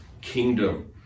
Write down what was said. kingdom